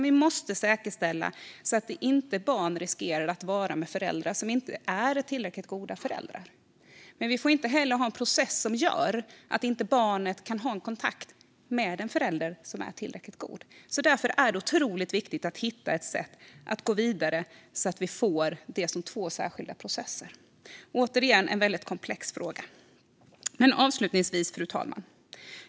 Vi måste säkerställa att barn inte riskerar att vara med föräldrar som inte är tillräckligt goda föräldrar. Men vi får inte heller ha en process som gör att barnet inte kan ha en kontakt med en förälder som är tillräckligt god. Därför är det otroligt viktigt att hitta ett sätt att gå vidare så att det här blir två särskilda processer. Återigen, det här är en väldigt komplex fråga. Fru talman!